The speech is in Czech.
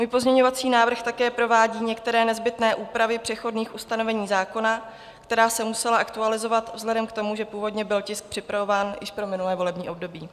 Můj pozměňovací návrh také provádí některé nezbytné úpravy přechodných ustanovení zákona, která se musela aktualizovat vzhledem k tomu, že původně byl tisk připravován už pro minulé volební období.